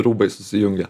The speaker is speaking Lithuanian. rūbai susijungia